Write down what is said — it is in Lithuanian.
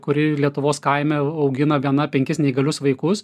kuri lietuvos kaime augina viena penkis neįgalius vaikus